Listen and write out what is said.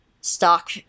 stock